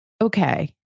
okay